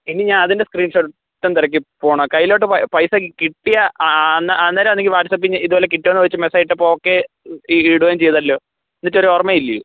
ഇനി ഞാൻ അതിൻ്റെ സ്ക്രീൻ ഷോട്ടും തിരക്കി പോകണം കയ്യിലോട്ട് പൈസ പൈസ കി കിട്ടിയാൽ അ അ അന്നേരം ആണെങ്കിൽ വാട്സാപ്പിൽ ഇതുപോലെ കിട്ടിയൊന്ന് ചോദിച്ച് മെസ്സേജ് ഇട്ടപ്പോൾ ഓക്കെ ഇടുകയും ചെയ്തല്ലോ എന്നിട്ടൊരു ഓർമ്മയില്ലെയോ